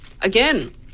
Again